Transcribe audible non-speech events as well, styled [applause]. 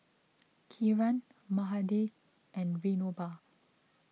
[noise] Kiran Mahade and Vinoba